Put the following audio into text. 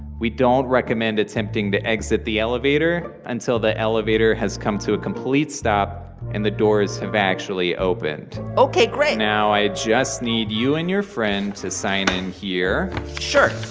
we don't recommend attempting to exit the elevator until the elevator has come to a complete stop and the doors have actually opened ok. great now i just need you and your friend to sign in here sure.